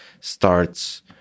starts